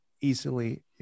easily